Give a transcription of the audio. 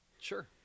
Sure